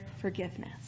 forgiveness